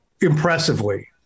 impressively